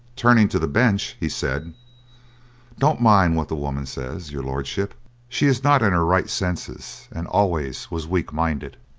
turning to the bench, he said don't mind what the woman says, your lordship she is not in her right senses, and always was weak-minded.